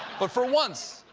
but for once,